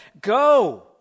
Go